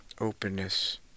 openness